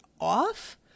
off